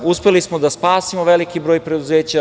Uspeli smo da spasimo veliki broj preduzeća „14.